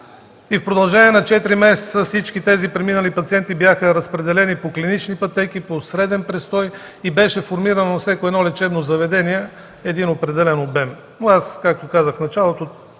В продължение на четири месеца всички тези преминали пациенти бяха разпределени по клинични пътеки, по среден престой и беше формиран на всяко едно лечебно заведение определен обем. Както казах в началото,